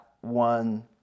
one